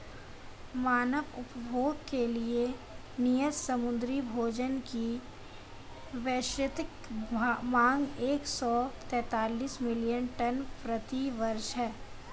मानव उपभोग के लिए नियत समुद्री भोजन की वैश्विक मांग एक सौ तैंतालीस मिलियन टन प्रति वर्ष है